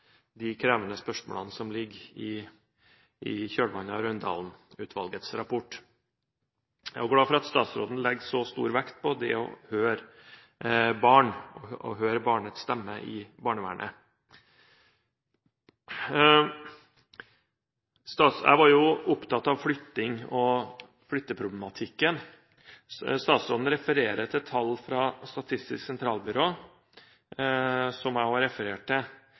de krevende spørsmålene som ligger i kjølvannet av Raundalen-utvalgets rapport. Jeg er glad for at statsråden legger så stor vekt på det å høre barn, å høre barnets stemme i barnevernet. Jeg var opptatt av flytting og flytteproblematikken. Statsråden refererer til tall fra Statistisk sentralbyrå som også jeg refererte til.